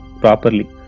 properly